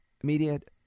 immediate